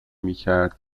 میکرد